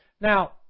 Now